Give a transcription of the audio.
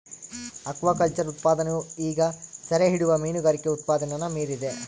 aquaculture ಉತ್ಪಾದನೆಯು ಈಗ ಸೆರೆಹಿಡಿಯುವ ಮೀನುಗಾರಿಕೆ ಉತ್ಪಾದನೆನ ಮೀರಿದೆ